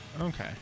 Okay